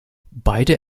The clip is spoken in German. beide